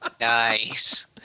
Nice